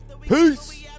Peace